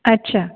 अच्छा